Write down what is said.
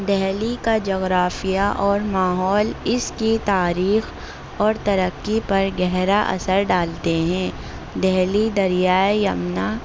دہلی کا جغرافیہ اور ماحول اس کی تاریخ اور ترقی پر گہرا اثر ڈالتے ہیں دہلی دریائے یمنا